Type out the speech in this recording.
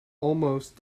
almost